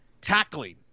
tackling